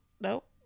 Nope